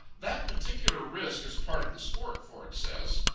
that particular risk is part of the sport, ford says.